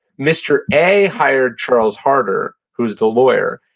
mr. a hired charles harder, who's the lawyer,